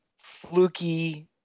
fluky